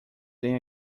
than